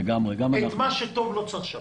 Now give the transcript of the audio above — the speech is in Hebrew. את מה שטוב לא צריך לשפר.